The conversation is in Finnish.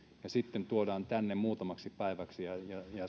ja sitten tuodaan tänne muutamaksi päiväksi ja